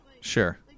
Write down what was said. Sure